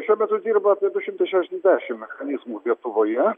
šiuo metu dirba apie du šimtai šešiasdešim mechanizmų lietuvoje